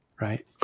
right